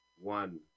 one